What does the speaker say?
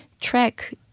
track